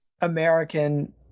American